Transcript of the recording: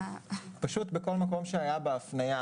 פשוט בכל מקום שהיה בהפניה,